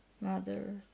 mother